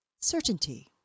certainty